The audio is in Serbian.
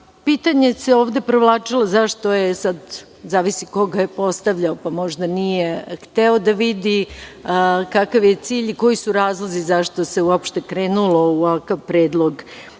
zakona. Ovde se provlačilo pitanje, sada zavisi ko ga je postavljao, pa možda nije hteo da vidi kakav je cilj i koji su razlozi zašto se uopšte krenulo u ovakav predlog zakona,